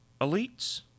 elites